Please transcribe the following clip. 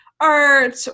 art